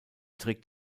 trägt